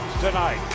tonight